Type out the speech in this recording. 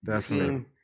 team